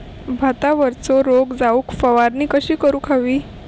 भातावरचो रोग जाऊक फवारणी कशी करूक हवी?